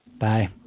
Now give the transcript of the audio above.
Bye